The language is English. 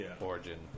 origin